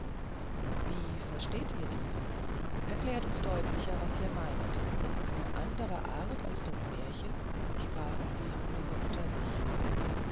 wie verstehet ihr dies erklärt uns deutlicher was ihr meinet eine andere art als das märchen sprachen die jünglinge unter sich